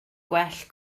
gwell